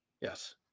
Yes